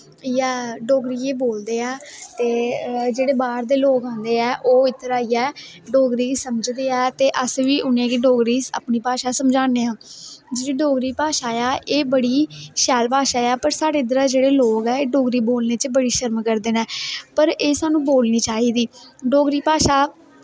इयै डोगरी गै बोलदे ऐ ते जेह्ड़े बाह्र दे लोग आंदे ऐ ओह् इध्दर आइयै डोगरी गी समझदे ऐ ते अस बी उनेंगी डोगरी अपनी भाशा समझाने आं जेह्ड़ी डोगरी भाशा ऐ एह् बड़ी शैल भाशा ऐ पर साढ़े जेह्ड़े इद्धरा दे लोग ऐ एह् डोगरी बोलने च बड़ी शर्म करदे न पर एह् साह्नू बोलनी चाही दी